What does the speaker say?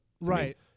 Right